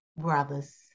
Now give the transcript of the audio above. Brothers